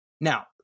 Now